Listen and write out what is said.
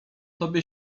tobie